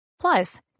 Plus